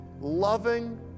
loving